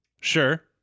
sure